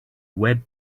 web